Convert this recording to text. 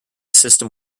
system